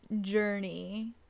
journey